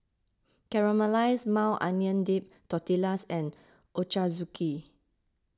Caramelized Maui Onion Dip Tortillas and Ochazuke